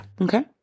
Okay